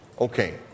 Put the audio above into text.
okay